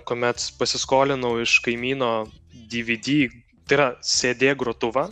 kuomet pasiskolinau iš kaimyno dvd tai yra cd grotuvą